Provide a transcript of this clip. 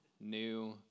new